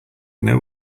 know